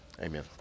Amen